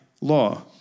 law